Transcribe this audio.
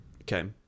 Okay